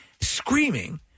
screaming